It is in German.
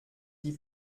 die